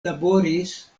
laboris